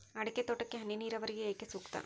ಅಡಿಕೆ ತೋಟಕ್ಕೆ ಹನಿ ನೇರಾವರಿಯೇ ಏಕೆ ಸೂಕ್ತ?